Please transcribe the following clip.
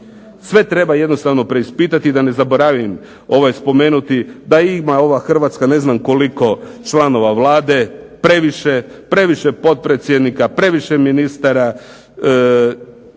sve jednostavno treba preispitati. Da ne zaboravim spomenuti da ova Hrvatska ima ne znam koliko članova Vlade previše, previše potpredsjednika, previše ministara,